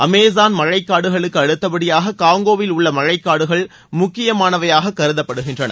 Amazon மழைக்காடுகளுக்கு அடுத்தபடியாக காங்கோவில் உள்ள மழைக்காடுகள் முக்கியமானவையாக கருதப்படுகின்றன